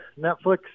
Netflix